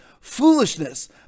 foolishness